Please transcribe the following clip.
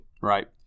Right